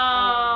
um